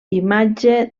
imatge